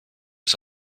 ist